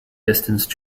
distance